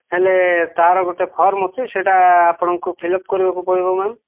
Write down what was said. ହେଲେ ତା'ର ଗୋଟେ ଫର୍ମ ଅଛି ସେଇଟା ଆପଣଙ୍କୁ ଫିଲଅପ୍ କରିବାକୁ ପଡ଼ିବ ମ୍ୟାମ୍